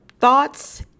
thoughts